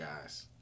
guys